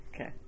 Okay